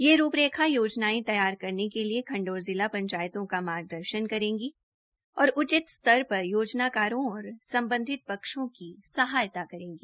यह रूप रेखा योजनाओं तैयार करने के लिए खंड और जिला पंचायतों का मार्गदर्शन करेगी और उचित स्तर पर योजनाकारों और सम्बधित पक्षों की सहायता करेगी